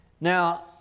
Now